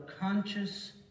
conscious